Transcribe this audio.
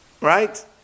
Right